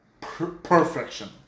perfection